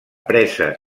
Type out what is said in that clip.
presa